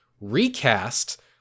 recast